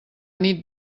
nit